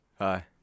Hi